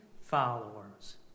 followers